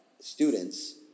students